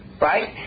right